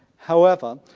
however,